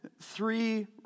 three